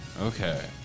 Okay